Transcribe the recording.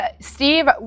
Steve